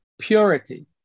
purity